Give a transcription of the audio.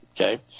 okay